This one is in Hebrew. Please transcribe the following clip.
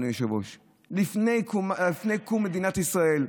אדוני היושב-ראש: לפני קום מדינת ישראל,